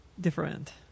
different